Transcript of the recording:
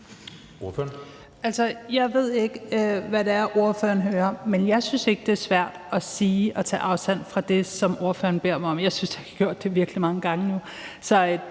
jeg ved ikke, hvad det er, ordføreren hører, men jeg synes ikke, det er svært at sige og tage afstand fra det, som ordføreren beder mig om. Jeg synes, jeg har gjort det virkelig mange gange nu. Så